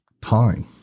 time